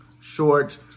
short